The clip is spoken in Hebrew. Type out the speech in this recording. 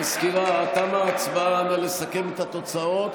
המזכירה, תמה ההצבעה, נא לסכם את התוצאות.